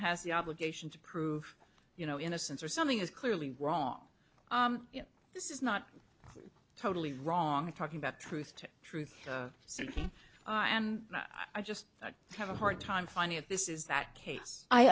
has the obligation to prove you know innocence or something is clearly wrong this is not totally wrong talking about truth to truth so i am i just have a hard time finding this is that case i